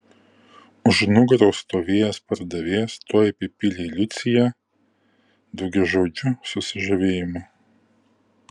už nugaros stovėjęs pardavėjas tuoj apipylė liuciją daugiažodžiu susižavėjimu